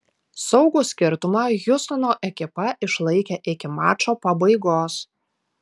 saugų skirtumą hjustono ekipa išlaikė iki mačo pabaigos